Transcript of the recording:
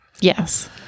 Yes